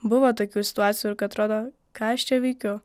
buvo tokių situacijų ir kad atrodo ką aš čia veikiu